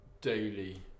daily